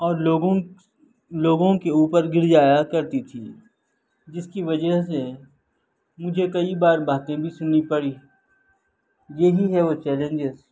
اور لوگوں لوگوں کے اوپر گر جایا کرتی تھی جس کی وجہ سے مجھے کئی بار باتیں بھی سننی پڑی یہی ہے وہ چیلینجز